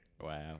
Wow